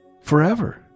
forever